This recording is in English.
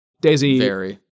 Daisy